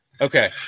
Okay